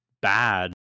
bad